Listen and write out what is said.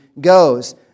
goes